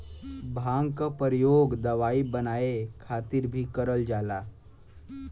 भांग क परयोग दवाई बनाये खातिर भीं करल जाला